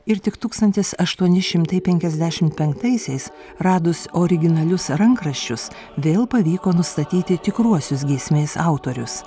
ir tik tūkstantis aštuoni šimtai penkiasdešim penktaisiais radus originalius rankraščius vėl pavyko nustatyti tikruosius giesmės autorius